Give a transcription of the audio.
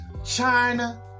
China